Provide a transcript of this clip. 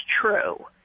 true